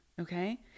okay